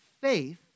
faith